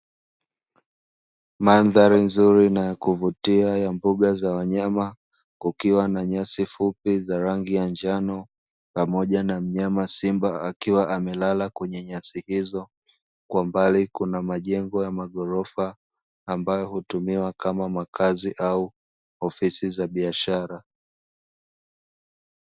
Mandhari nzuri na kuvutia ya mbuga za wanyama kukiwa na nyasi fupi za rangi ya njano pamoja na mnyama simba akiwa amelala kwenye nyasi hizo kwa mbali kuna majengo ya magorofa ambayo hutumiwa kama makazi au ofisi za biashara.